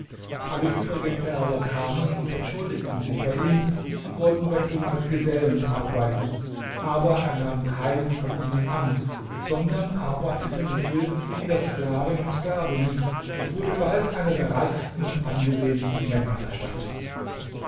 alle übrigen färber kamen und entschuldigten sich bei ihm und wollten bei ihm als gesellen arbeiten aber er nahm keinen von ihnen an sondern arbeitete mit hilfe vieler sklaven und sklavinnen und wurde bald einer der reichsten und angesehensten männer der stadt